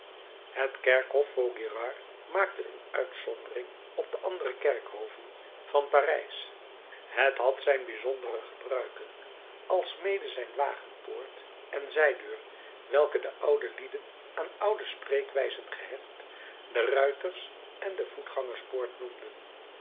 het kerkhof vaugirard maakte een uitzondering op de andere kerkhoven van parijs het had zijn bijzondere gebruiken alsmede zijn wagenpoort en zijdeur welke de oude lieden aan oude spreekwijzen gehecht de ruiters en de voetgangerspoort noemden